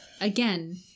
Again